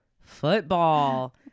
football